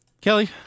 Kelly